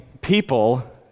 people